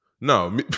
No